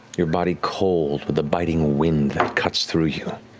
your body cold with a biting wind that cuts through you.